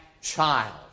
child